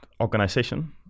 organization